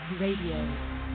Radio